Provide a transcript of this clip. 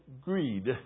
Greed